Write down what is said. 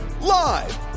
Live